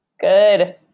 Good